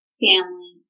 family